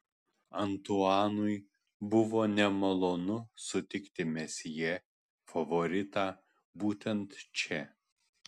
antuanui buvo nemalonu sutikti mesjė favoritą būtent čia